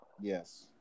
Yes